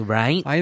right